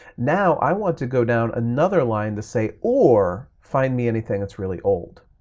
now i want to go down another line to say or find me anything that's really old.